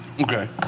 Okay